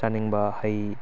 ꯆꯥꯅꯤꯡꯕ ꯍꯩ